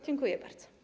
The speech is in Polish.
Dziękuję bardzo.